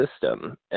system